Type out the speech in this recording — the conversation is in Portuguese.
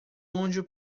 onde